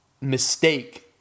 mistake